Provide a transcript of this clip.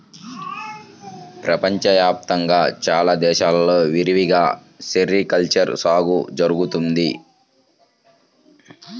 ప్రపంచ వ్యాప్తంగా చాలా దేశాల్లో విరివిగా సెరికల్చర్ సాగు జరుగుతున్నది